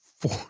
four